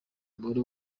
mubare